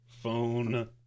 Phone